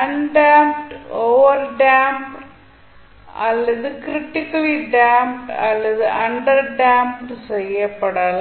undamped overdamped undamped overdamped அல்லது critically damped அல்லது underdamped செய்யப்படலாம்